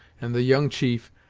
and the young chief,